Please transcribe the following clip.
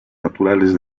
naturales